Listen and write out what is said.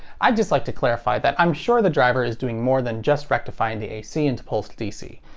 i'd just like to clarify that i'm sure the driver is doing more than just rectifying the ac into pulsed dc.